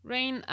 Rain